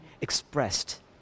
expressed